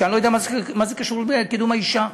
שאני לא יודע מה הם קשורים לקידום מעמד האישה,